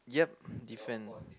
yup different